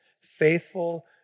faithful